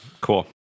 Cool